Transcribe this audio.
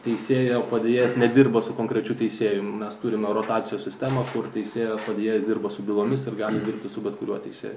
teisėjo padėjėjas nedirba su konkrečiu teisėju mes turime rotacijos sistemą kur teisėjo padėjėjas dirba su bylomis ir gali dirbti su bet kuriuo teisėju